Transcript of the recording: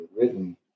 written